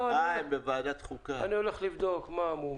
אני הולך לבדוק מה, מו.